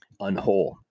unwhole